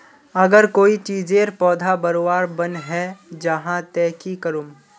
अगर कोई चीजेर पौधा बढ़वार बन है जहा ते की करूम?